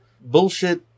bullshit